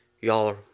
y'all